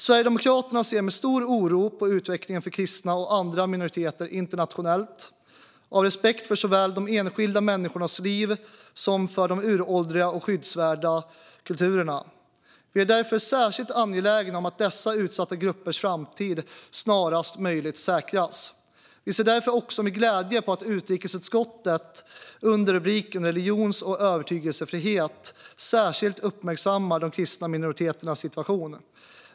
Sverigedemokraterna ser med stor oro på utvecklingen för kristna och andra minoriteter internationellt, av respekt för såväl de enskilda människornas liv som de uråldriga och skyddsvärda kulturerna. Vi är därför särskilt angelägna om att dessa utsatta gruppers framtid snarast möjligt säkras. Vi ser därför också med glädje på att utrikesutskottet under rubriken Religions och övertygelsefrihet särskilt uppmärksammar de kristna minoriteternas situation.